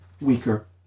Weaker